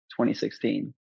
2016